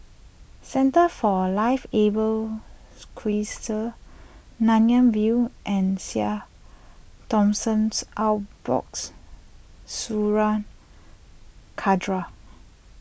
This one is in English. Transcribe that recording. Centre for Liveable Cities Nanyang View and Saint Thomas Orthodox Syrian Cathedral